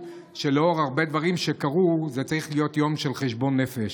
שלאור הרבה דברים שקרו זה צריך להיות יום של חשבון נפש.